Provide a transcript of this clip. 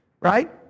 right